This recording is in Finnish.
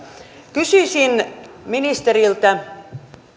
kysyisin ministeriltä